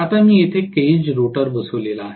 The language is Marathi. आता मी इथे केज रोटर बसलेला आहे